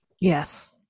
Yes